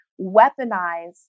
weaponize